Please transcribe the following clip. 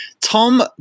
Tom